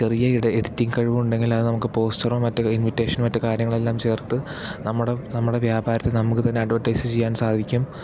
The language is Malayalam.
ചെറിയ എഡ എഡിറ്റിംഗ് കഴിവുണ്ടെങ്കിൽ അത് നമുക്ക് പോസ്റ്ററും മറ്റ് ഇൻവിറ്റേഷനും മറ്റ് കാര്യങ്ങളെല്ലാം ചേർത്ത് നമ്മുടെ നമ്മുടെ വ്യാപാരത്തേ നമുക്ക് തന്നേ അഡ്വർട്ടൈസ് ചെയ്യാൻ സാധിക്കും